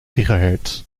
gigahertz